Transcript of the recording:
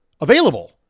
available